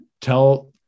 tell